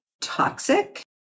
toxic